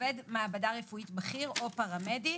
עובד מעבדה רפואית בכיר או פרמדיק,